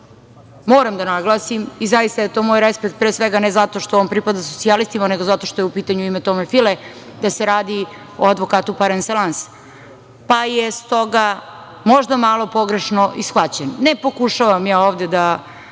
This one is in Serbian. moram da naglasim i zaista je to moj respekt pre svega ne zato što on pripada socijalistima, nego zato što je u pitanju ime Tome File da se radi o advokatu parekselans, pa je s toga možda malo pogrešno i shvaćen. Ne pokušavam ja ovde da